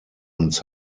uns